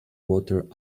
water